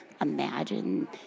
imagine